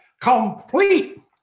Complete